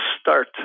start